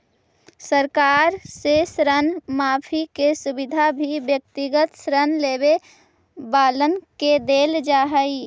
सरकार से ऋण माफी के सुविधा भी व्यक्तिगत ऋण लेवे वालन के देल जा हई